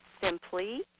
simply